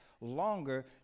longer